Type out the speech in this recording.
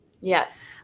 Yes